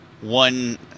one